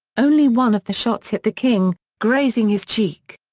only one of the shots hit the king, grazing his cheek.